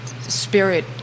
spirit